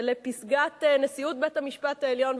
ולפסגת נשיאות בית-המשפט העליון,